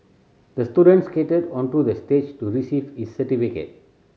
the student skated onto the stage to receive his certificate